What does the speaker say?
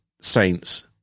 Saints